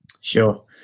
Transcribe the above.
Sure